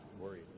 worried